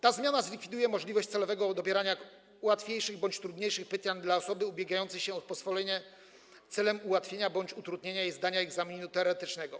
Ta zmiana zlikwiduje możliwość celowego dobierania łatwiejszych bądź trudniejszych pytań dla osoby ubiegającej się o pozwolenie celem ułatwienia bądź utrudnienia jej zdania egzaminu teoretycznego.